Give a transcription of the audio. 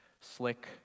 slick